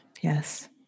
Yes